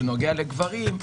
שנוגע לגברים,